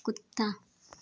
कुत्ता